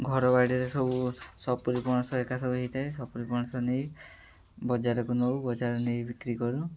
ଘର ବାଡ଼ିରେ ସବୁ ସପୁରି ପଣସ ଏକା ସବୁ ହେଇଥାଏ ସପୁରି ପଣସ ନେଇ ବଜାରକୁ ନେଉ ବଜାରରେ ନେଇ ବିକ୍ରି କରୁ